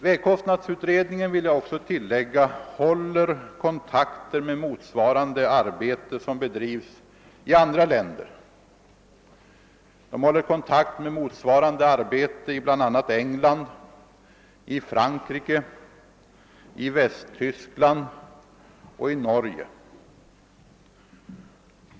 Jag vill tillägga att vägkostnadsutredningen håller kontakt med dem som ägnar sig åt motsvarande arbete i andra länder, bl.a. Frankrike, England, Västtyskland och Norge.